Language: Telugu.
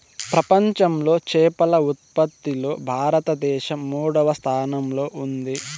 ప్రపంచంలో చేపల ఉత్పత్తిలో భారతదేశం మూడవ స్థానంలో ఉంది